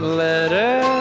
letter